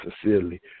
sincerely